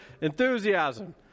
enthusiasm